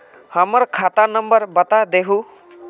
हमर खाता नंबर बता देहु?